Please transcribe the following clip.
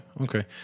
okay